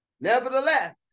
Nevertheless